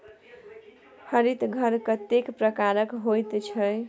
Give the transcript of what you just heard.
हरित घर कतेक प्रकारक होइत छै?